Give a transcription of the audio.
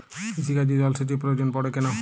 কৃষিকাজে জলসেচের প্রয়োজন পড়ে কেন?